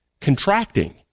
contracting